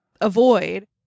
avoid